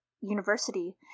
university